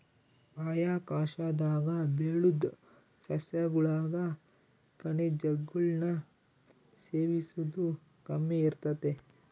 ಬಾಹ್ಯಾಕಾಶದಾಗ ಬೆಳುದ್ ಸಸ್ಯಗುಳಾಗ ಖನಿಜಗುಳ್ನ ಸೇವಿಸೋದು ಕಮ್ಮಿ ಇರ್ತತೆ